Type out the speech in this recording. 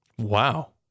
Wow